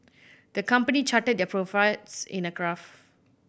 the company charted their profits in a graph